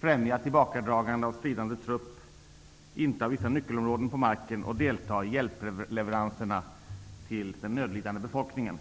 främja tillbakadragande av stridande trupp, inta vissa nyckelområden på marken och delta i hjälpleveranserna till den nödlidande befolkningen.